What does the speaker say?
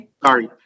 Sorry